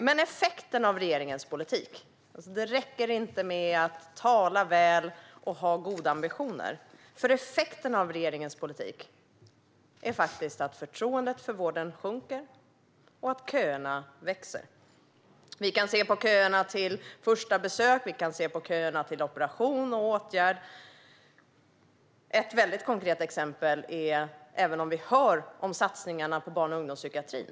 Men det räcker inte med att tala väl och ha goda ambitioner, för effekten av regeringens politik är faktiskt att förtroendet för vården sjunker och att köerna växer. Vi kan se på köerna till ett första besök. Vi kan se på köerna till operationer och åtgärder. Jag kan ge ett väldigt konkret exempel. Vi hör om satsningarna på barn och ungdomspsykiatrin.